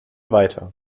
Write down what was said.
weiter